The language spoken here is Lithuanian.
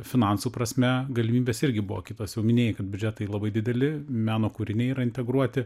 finansų prasme galimybės irgi buvo kitos jau minėjai kad biudžetai labai dideli meno kūriniai yra integruoti